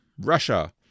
Russia